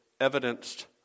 evidenced